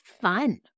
fun